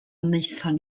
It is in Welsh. wnaethon